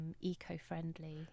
eco-friendly